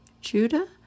Judah